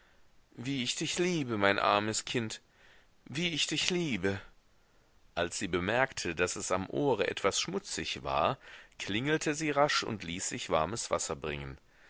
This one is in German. wie ich dich liebe mein armes kind wie ich dich liebe als sie bemerkte daß es am ohre etwas schmutzig war klingelte sie rasch und ließ sich warmes wasser bringen